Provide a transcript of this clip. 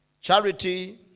charity